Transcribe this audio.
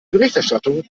berichterstattung